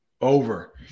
over